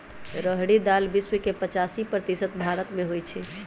रहरी दाल विश्व के पचासी प्रतिशत भारतमें होइ छइ